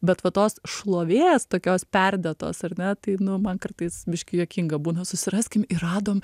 bet va tos šlovės tokios perdėtos ar ne tai nu man kartais biškį juokinga būna susiraskim ir radom